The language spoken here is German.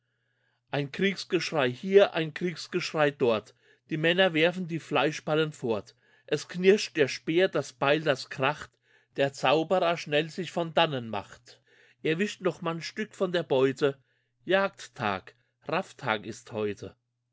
ein kriegsgeschrei hier ein kriegsgeschrei dort die männer werfen die fleischballen fort es knirscht der speer das beil das kracht der zauberer schnell sich von dannen macht erwischt noch manch stück von der beute jagdtag rafftag ist heute